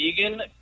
vegan